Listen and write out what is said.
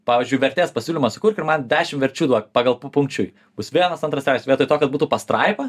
pavyzdžiui vertės pasiūlymą sukurk ir man dešimt verčių duok pagal papunkčiui bus vienas antras trečias vietoj to kad būtų pastraipa